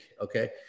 Okay